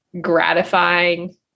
gratifying